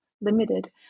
limited